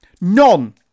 None